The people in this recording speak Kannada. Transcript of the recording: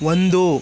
ಒಂದು